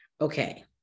Okay